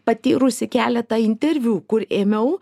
patyrusi keletą interviu kur ėmiau